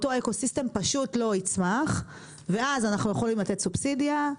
אותו אקוסיסטם פשוט לא יצמח ואז אנחנו יכולים לתת סובסידיה,